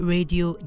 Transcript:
Radio